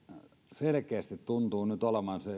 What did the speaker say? selkeästi tuntuu nyt olevan